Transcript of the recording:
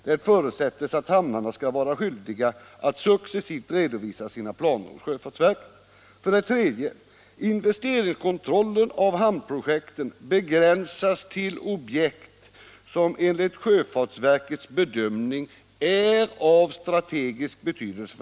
Det förutsättes att hamnarna skall vara skyldiga att successivt redovisa sina planer hos Sjöfartsverket. 5.